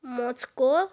Moscow